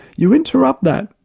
you interrupt that,